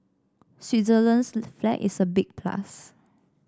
Switzerland's flag is a big plus